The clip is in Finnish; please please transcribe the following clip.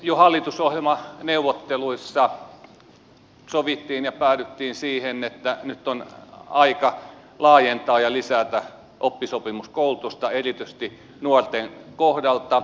jo hallitusohjelmaneuvotteluissa sovittiin ja päädyttiin siihen että nyt on aika laajentaa ja lisätä oppisopimuskoulutusta erityisesti nuorten kohdalla